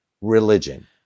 religion